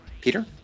Peter